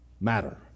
matter